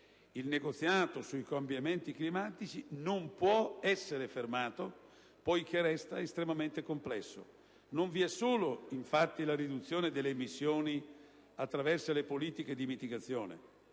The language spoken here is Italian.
Il negoziato sui cambiamenti climatici non può essere fermato, poiché resta estremamente complesso. Non vi è solo infatti la riduzione delle emissioni attraverso le politiche di mitigazione,